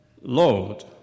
Lord